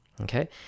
Okay